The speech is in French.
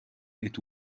est